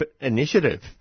initiative